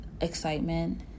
excitement